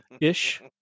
ish